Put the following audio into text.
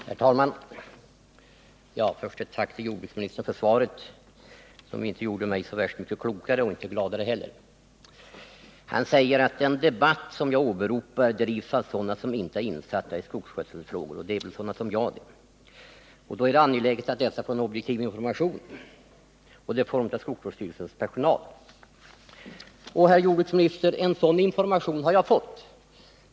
Herr talman! Jag vill börja med att tacka jordbruksministern för svaret, som inte gjorde mig så värst mycket klokare eller gladare. Han säger att den debatt som jag åberopar drivs av sådana som inte är insatta i skogsskötselfrågor, och det är väl sådana som jag det. Då är det, säger han, angeläget att dessa får objektiv information. Det får de av skogsvårdsstyrelsens personal. Och, herr jordbruksminister, en sådan information har jag fått.